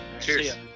Cheers